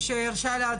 זה היה לי חשוב,